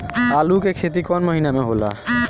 आलू के खेती कौन महीना में होला बताई?